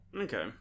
Okay